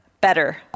Better